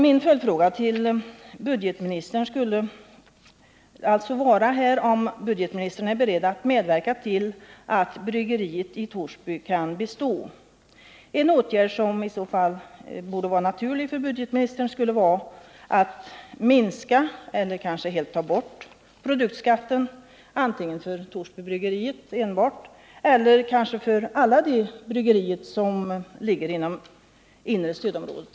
Min följdfråga till budgetministern blir därför, om budgetministern är beredd att medverka till att bryggeriet i Torsby kan bestå. En åtgärd som i så fall borde falla sig naturlig för budgetministern skulle vara att minska eller kanske helt ta bort produktskatten, antingen enbart för Torsbybryggeriet eller för alla de bryggerier som ligger inom inre stödområdet.